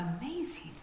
amazing